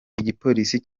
igipolisi